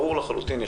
ברור לחלוטין,